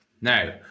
Now